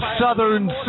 Southern